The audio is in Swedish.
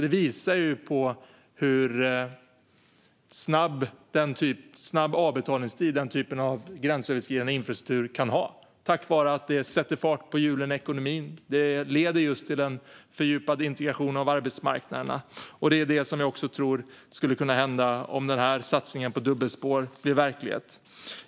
Det visar på hur snabb avbetalningstid den typen av gränsöverskridande infrastruktur kan ha tack vare att de sätter fart på hjulen i ekonomin och att de leder till en fördjupad integration av arbetsmarknaderna. Det är vad jag tror skulle hända om satsningen på dubbelspår blir verklighet.